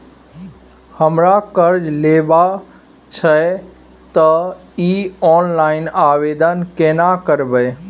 हमरा कर्ज लेबा छै त इ ऑनलाइन आवेदन केना करबै?